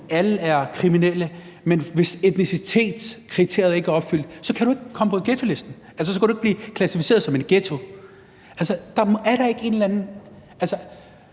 alle er kriminelle, men hvis etnicitetskriteriet ikke er opfyldt, kan du ikke komme på ghettolisten, altså så kan du ikke blive klassificeret som en ghetto? Der er da diskrimination der,